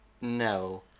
No